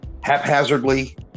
haphazardly